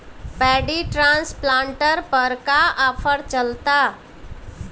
Paddy transplanter पर का offer चलता?